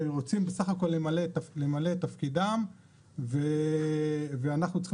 ורוצים בסך הכול למלא את תפקידם ואנחנו צריכים